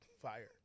Fire